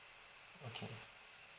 okay